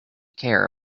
care